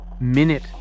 minute